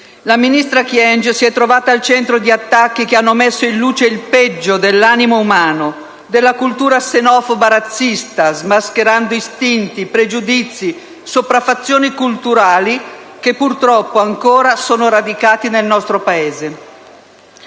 La ministra Kyenge si è trovata al centro di attacchi che hanno messo in luce il peggio dell'animo umano, della cultura xenofoba e razzista, smascherando istinti, pregiudizi, sopraffazioni culturali che purtroppo ancora sono radicati nel nostro Paese.